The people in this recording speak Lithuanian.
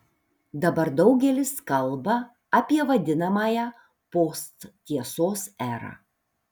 dabar daugelis kalba apie vadinamąją posttiesos erą